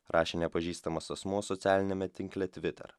rašė nepažįstamas asmuo socialiniame tinkle tviter